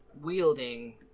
wielding